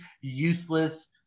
useless